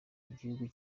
igihugu